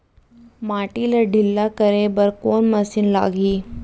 माटी ला ढिल्ला करे बर कोन मशीन लागही?